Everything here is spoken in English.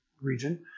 region